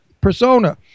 persona